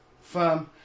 firm